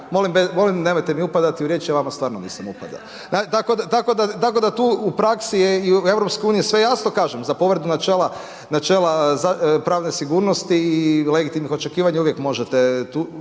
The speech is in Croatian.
Molim nemojte mi upadati u riječ, ja vama stvarno nisam upadao. Tako da tu u praksi je i u Europskoj uniji sve jasno. Kažem za povredu načela pravne sigurnosti i legitimnih očekivanja uvijek možete,